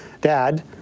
Dad